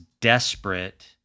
desperate